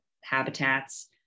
habitats